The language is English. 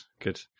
good